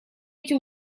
эти